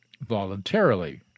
voluntarily